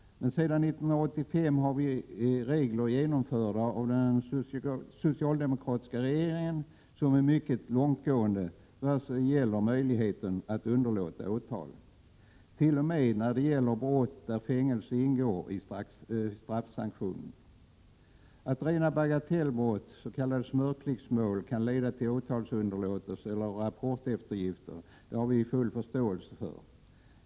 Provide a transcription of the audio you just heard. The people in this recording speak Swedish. Men sedan 1985 har vi regler genomförda av den socialdemokratiska regeringen som är mycket långtgående när det gäller möjligheten att underlåta att väcka åtal, t.o.m. i fråga om brott där fängelse ingår i straffsanktionerna. Att rena bagatellbrott, s.k. smörklicksmål, kan leda till åtalsunderlåtelse eller rapporteftergift har vi full förståelse för.